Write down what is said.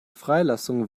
freilassung